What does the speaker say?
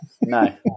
no